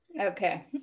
Okay